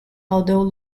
although